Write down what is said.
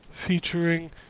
Featuring